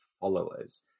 followers